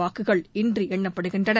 வாக்குகள் இன்று எண்ணப்படுகின்றன